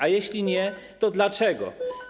A jeśli nie, to dlaczego?